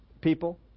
people